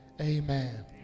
Amen